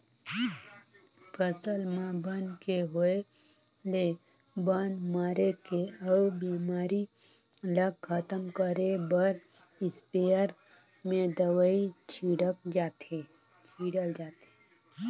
फसल म बन के होय ले बन मारे के अउ बेमारी ल खतम करे बर इस्पेयर में दवई छिटल जाथे